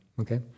okay